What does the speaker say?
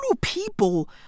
people